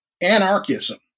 anarchism